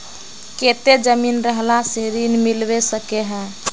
केते जमीन रहला से ऋण मिलबे सके है?